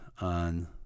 on